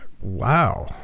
Wow